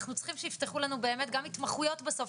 אנחנו צריכים שיפתחו לנו באמת גם התמחויות בסוף',